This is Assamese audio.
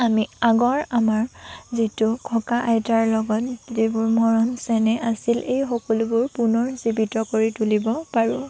আমি আগৰ আমাৰ যিটো ককা আইতাৰ লগত যিবোৰ মৰম চেনেহ আছিল এই সকলোবোৰ পুনৰ জীৱিত কৰি তুলিব পাৰোঁ